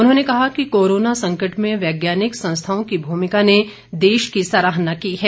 उन्होंने कहा कि कोरोना संकट में वैज्ञानिक संस्थाओं की भूमिका ने देश की सराहना की है